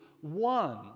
one